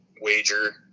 wager